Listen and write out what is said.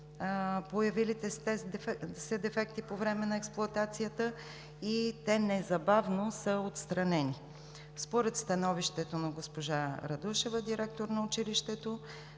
Появилите се дефекти по време на експлоатацията незабавно са отстранени. Според становището на госпожа Радушева – директор на училището,